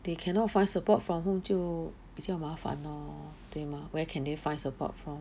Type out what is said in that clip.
they cannot find support from who 就比较麻烦 lor 对吗 where can they find support from